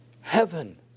heaven